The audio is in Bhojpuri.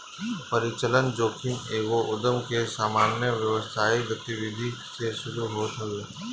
परिचलन जोखिम एगो उधम के सामान्य व्यावसायिक गतिविधि से शुरू होत हवे